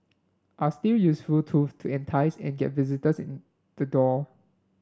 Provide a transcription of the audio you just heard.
are still useful tools to entice and get visitors in the door